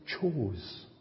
chose